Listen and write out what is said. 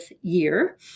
year